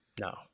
No